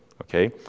Okay